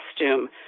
costume